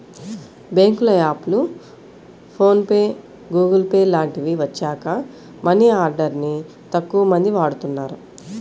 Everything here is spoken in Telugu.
బ్యేంకుల యాప్లు, ఫోన్ పే, గుగుల్ పే లాంటివి వచ్చాక మనీ ఆర్డర్ ని తక్కువమంది వాడుతున్నారు